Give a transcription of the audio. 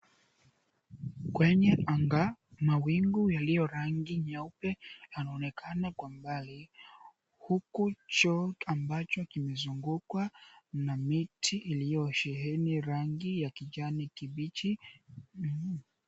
Kwenye anga, mawingu yaliyo rangi nyeupe yanaonekana kwa mbali huku choo ambacho kimezungukwa na miti iliyosheheni rangi ya kijani kibichi.